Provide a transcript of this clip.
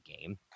game